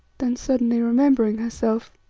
then suddenly remembering herself,